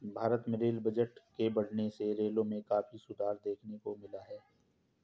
भारत में rail budget के बढ़ने से रेलों में काफी सुधार देखने को मिला है